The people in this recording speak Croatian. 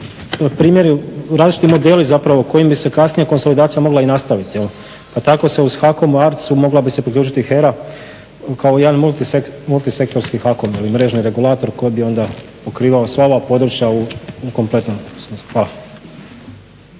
primjeri, različiti modeli zapravo kojim bi se kasnija konsolidacija mogla i nastaviti, pa tako se uz HAKOM-u, ARC-u mogla bi se priključiti HERA kao jedan multi sektorski HAKOM ili mrežni regulator koji bi onda pokrivao sva ova područja u kompletnom sustavu.